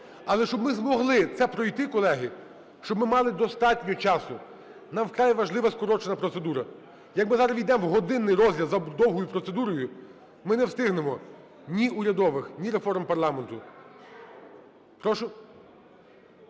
Але щоб ми змогли цей пройти, колеги, щоб ми мали достатньо часу, нам вкрай важлива скорочена процедура. Як ми зараз ввійдемо в годинний розгляд за довгою процедурою, ми не встигнемо ні урядових, ні реформ парламенту. Прошу…